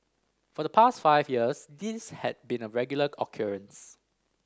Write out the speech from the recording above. for the past five years this had been a regular occurrence